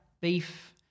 Beef